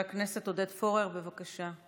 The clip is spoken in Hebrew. אנחנו עוברים להצעות לסדר-היום בנושא: